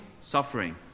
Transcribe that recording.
suffering